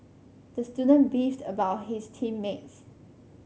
the student beefed about his team mates